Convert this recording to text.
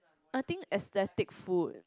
I think aesthetic food